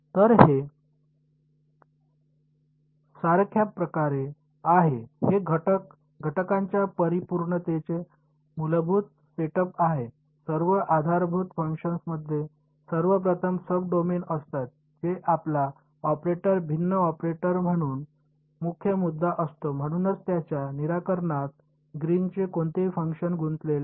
तर हे सारख्या प्रकारे आहे हे घटक घटकांच्या परिपूर्णतेचे मूलभूत सेटअप आहे सर्व आधारभूत फंक्शन्समध्ये सर्वप्रथम सब डोमेन असतात जे आपला ऑपरेटर भिन्न ऑपरेटर म्हणून मुख्य मुद्दा असतो म्हणूनच त्याच्या निराकरणात ग्रीनचे कोणतेही फंक्शन गुंतलेले नाही